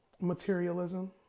materialism